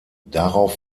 darauf